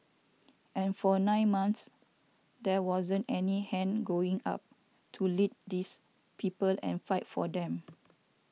and for nine months there wasn't any hand going up to lead these people and fight for them